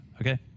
okay